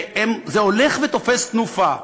וזה הולך ותופס תנופה.